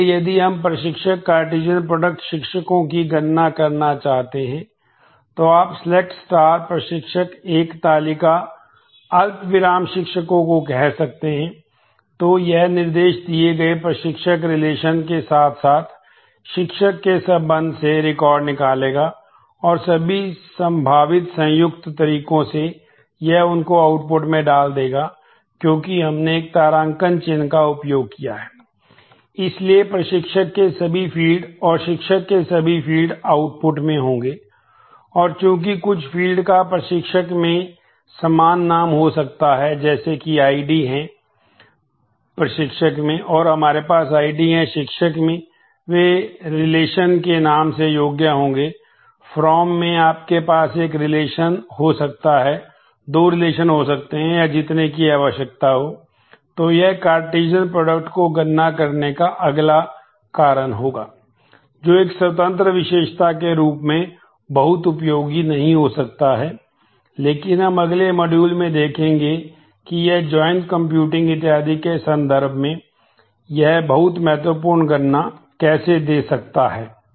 इसलिए प्रशिक्षक के सभी फील्ड इत्यादि के संदर्भ में यह बहुत महत्वपूर्ण गणना कैसे दे सकता है